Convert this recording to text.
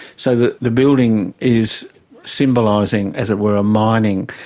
so that the building is symbolising, as it were, a mining.